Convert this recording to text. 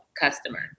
customer